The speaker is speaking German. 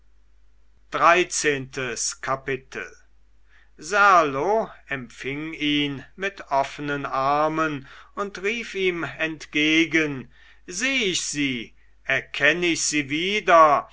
dreizehntes kapitel serlo empfing ihn mit offenen armen und rief ihm entgegen seh ich sie erkenn ich sie wieder